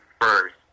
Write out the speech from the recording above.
first